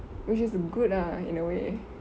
which is good lah in a way